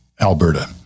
Alberta